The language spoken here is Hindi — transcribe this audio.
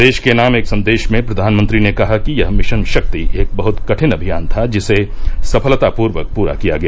देश के नाम एक संदेश में प्रवानमंत्री ने कहा कि यह मिशन शक्ति एक बहत कठिन अभियान था जिसे सफलतापर्वक पूरा किया गया